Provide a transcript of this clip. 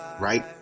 right